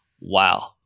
wow